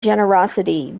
generosity